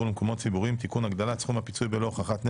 ומקומות ציבוריים (תיקון הגדלת סכום הפיצוי בלא הוכחת נזק),